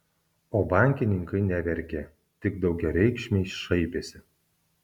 o bankininkai neverkė tik daugiareikšmiai šaipėsi